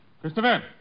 Christopher